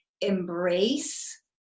embrace